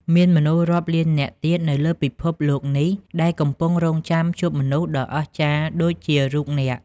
មានមនុស្សរាប់លាននាក់ទៀតនៅលើពិភពលោកនេះដែលកំពុងរង់ចាំជួបមនុស្សដ៏អស្ចារ្យដូចជារូបអ្នក។